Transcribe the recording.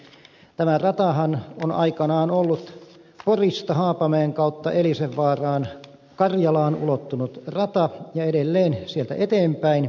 tämä ratahan on aikanaan ollut porista haapamäen kautta elisenvaaraan karjalaan ulottunut rata ja edelleen sieltä eteenpäin